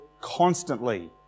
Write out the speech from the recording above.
constantly